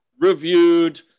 reviewed